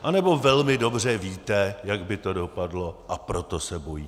Anebo velmi dobře víte, jak by to dopadlo, a proto se bojíte?